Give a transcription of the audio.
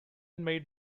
made